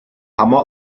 hammer